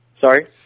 Sorry